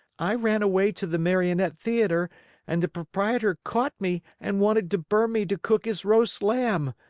i ran away to the marionette theater and the proprietor caught me and wanted to burn me to cook his roast lamb!